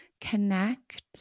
connect